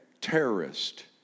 terrorist